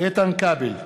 איתן כבל,